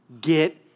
Get